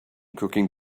cooking